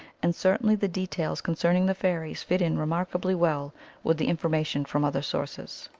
and certainly the details con cerning the fairies fit in remarkably well with the information from other sources.